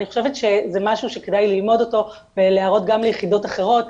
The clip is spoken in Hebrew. אני חושבת שזה משהו שכדאי ללמוד אותו ולהראות גם ליחידות אחרות,